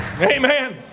Amen